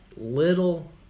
little